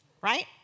right